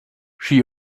she